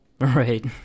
Right